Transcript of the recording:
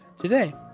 today